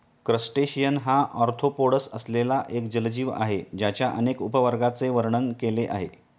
crustacean हा arthropods असलेला एक जलजीव आहे ज्याच्या अनेक उपवर्गांचे वर्णन केले आहे